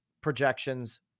projections